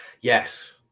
Yes